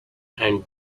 and